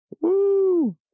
Woo